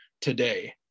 today